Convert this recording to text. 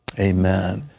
amen.